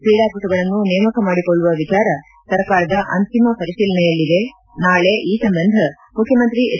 ಕ್ರೀಡಾಪಟುಗಳನ್ನು ನೇಮಕ ಮಾಡಿಕೊಳ್ಳುವ ವಿಚಾರ ಸರ್ಕಾರದ ಅಂತಿಮ ಪರಿಶೀಲನೆಯಲ್ಲಿದೆ ನಾಳೆ ಈ ಸಂಬಂಧ ಮುಖ್ಯಮಂತ್ರಿ ಹೆಚ್